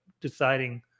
deciding